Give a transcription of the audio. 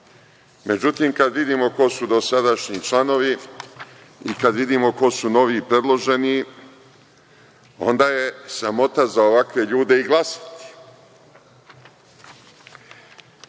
Međutim, kada vidimo ko su do sadašnji članovi i kada vidimo ko su novi predloženi, onda je sramota za ovakve ljude i glasati.